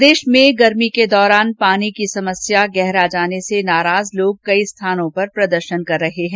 प्रदेश में गर्मी के दौरान पानी की समस्या गहरा जाने से नाराज लोग कई स्थानों पर प्रदर्शन कर रहे हैं